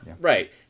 right